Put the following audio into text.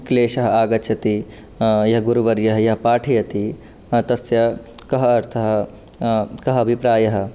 क्लेशः आगच्छति यः गुरुवर्यः यः पाठयति तस्य कः अर्थः कः अभिप्रायः